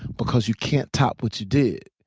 because you can't top what you did.